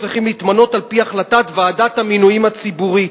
צריכים להתמנות על-פי החלטת ועדת המינויים הציבורית,